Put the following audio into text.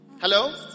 Hello